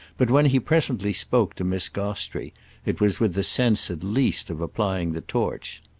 but when he presently spoke to miss gostrey it was with the sense at least of applying the torch.